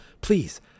please